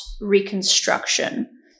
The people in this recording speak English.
Reconstruction